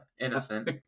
Innocent